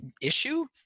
issue